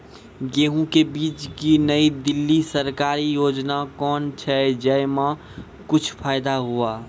गेहूँ के बीज की नई दिल्ली सरकारी योजना कोन छ जय मां कुछ फायदा हुआ?